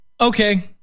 Okay